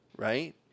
Right